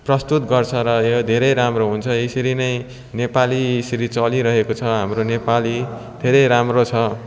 प्रस्तुत गर्छ र यो धेरै राम्रो हुन्छ यसरी नै नेपाली यसरी चलिरहेको छ हाम्रो नेपाली धेरै राम्रो छ